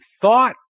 thought